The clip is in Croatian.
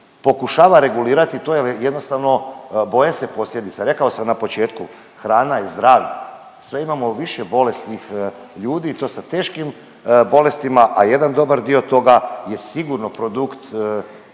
pokušava regulirati to jer jednostavno boje se posljedica. Rekao sam na početku, hrana je zdravlje, sve imamo više bolesnih ljudi i to sa teškim bolestima, a jedan dobar dio toga je sigurno produkt